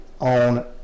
on